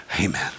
amen